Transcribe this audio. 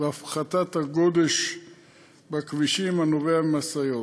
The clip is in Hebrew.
והפחתת הגודש בכבישים הנובע ממשאיות,